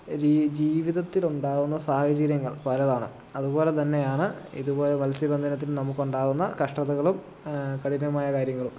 ജീവി ജീവിതത്തില് ഉണ്ടാകുന്ന സാഹചര്യങ്ങൾ പലതാണ് അതുപോലെ തന്നെയാണ് ഇതുപോലെ മത്സ്യബന്ധനത്തിൽ നമുക്കുണ്ടാകുന്ന കഷ്ടതകളും കഠിനമായ കാര്യങ്ങളും